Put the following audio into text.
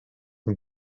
een